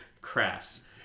crass